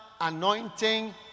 anointing